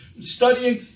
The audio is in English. studying